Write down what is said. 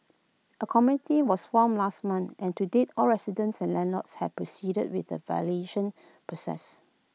A committee was formed last month and to date all residents and landlords have proceeded with the valuation process